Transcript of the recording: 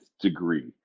degree